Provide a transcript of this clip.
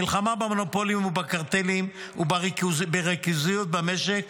המלחמה במונופולים ובקרטלים ובריכוזיות במשק,